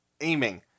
aiming